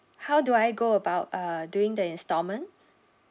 how do I go about uh doing the instalment